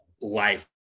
life